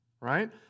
Right